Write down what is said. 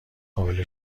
قابل